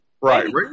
Right